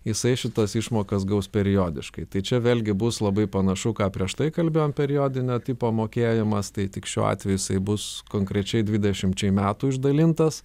jisai šitas išmokas gaus periodiškai tai čia vėlgi bus labai panašu ką prieš tai kalbėjom periodinio tipo mokėjimas tai tik šiuo atveju jisai bus konkrečiai dvidešimčiai metų išdalintas